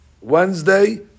Wednesday